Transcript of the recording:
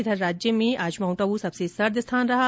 इधर राज्य में आज माउंटआबू सबसे सर्द स्थान रहा